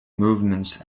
movements